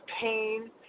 pain